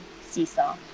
Seesaw